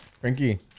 Frankie